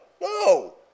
No